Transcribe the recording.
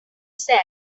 said